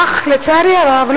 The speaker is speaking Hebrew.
אך לצערי הרב,